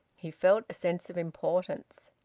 he felt a sense of importance.